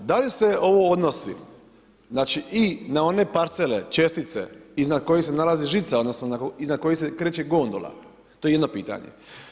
Da li se ovo odnosi znači i na one parcele čestice, iznad kojih se nalazi žica, odnosno, iznad koje se kreće gondula, to je jedno pitanje.